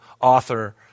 author